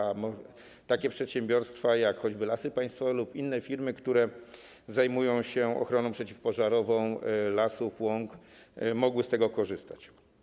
Chodzi o to, by takie przedsiębiorstwa jak choćby Lasy Państwowe lub inne firmy, które zajmują się ochroną przeciwpożarową lasów, łąk, mogły z tego korzystać.